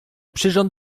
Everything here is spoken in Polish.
przyrząd